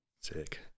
Sick